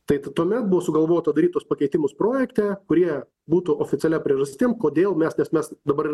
taip tuomet buvo sugalvota daryt tuos pakeitimus projekte kurie būtų oficialia priežastim kodėl mes nes mes dabar